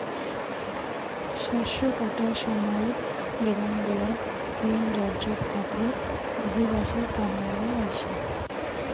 শস্য কাটার সময়ত গেরামগুলাত ভিন রাজ্যত থাকি অভিবাসী কামলারা আইসে